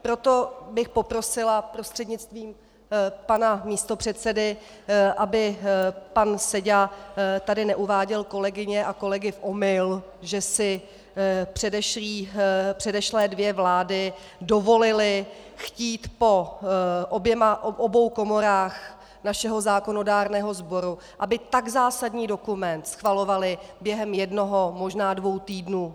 Proto bych poprosila prostřednictvím pana místopředsedy, aby pan Seďa tady neuváděl kolegyně a kolegy v omyl, že si předešlé dvě vlády dovolily chtít po obou komorách našeho zákonodárného sboru, aby tak zásadní dokument schvalovaly během jednoho, možná dvou týdnů.